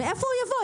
מאיפה הוא יבוא?